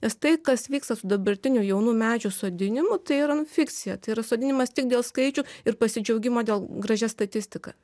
nes tai kas vyksta su dabartinių jaunų medžių sodinimu tai yra nu fikcija tai yra sodinimas tik dėl skaičių ir pasidžiaugimo dėl gražia statistika